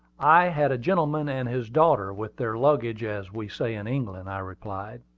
i had a gentleman and his daughter, with their luggage, as we say in england, i replied.